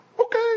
Okay